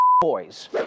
boys